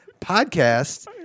podcast